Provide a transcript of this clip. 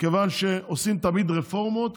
מכיוון שעושים תמיד רפורמות,